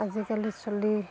আজিকালিৰ চলি